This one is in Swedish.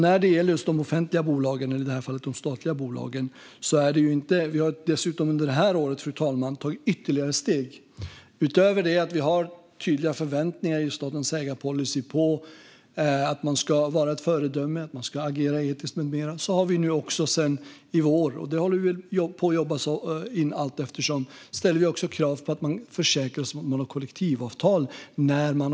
När det gäller just de statliga bolagen har vi under året tagit ytterligare steg. Utöver att vi i statens ägarpolicy har tydliga förväntningar på att bolagen ska vara föredömen, agera etiskt med mera ställer vi sedan i våras också krav på att bolagen ska försäkra sig om att upphandlade underleverantörer har kollektivavtal.